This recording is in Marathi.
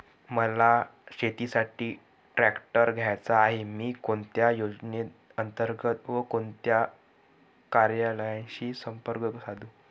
मला शेतीसाठी ट्रॅक्टर घ्यायचा आहे, मी कोणत्या योजने अंतर्गत व कोणत्या कार्यालयाशी संपर्क साधू?